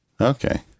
Okay